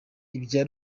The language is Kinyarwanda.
ibya